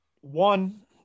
One